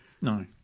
No